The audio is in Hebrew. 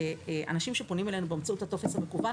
לאנשים שפונים אלינו באמצעות הטופס המקוון,